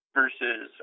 versus